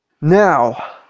Now